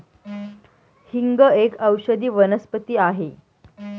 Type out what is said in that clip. हिंग एक औषधी वनस्पती आहे